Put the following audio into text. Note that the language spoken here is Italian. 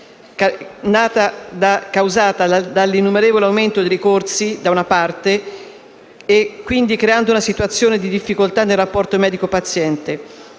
causata da un innumerevole aumento di ricorsi che hanno creato una situazione di difficoltà nel rapporto medico-paziente